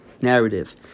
narrative